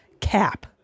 cap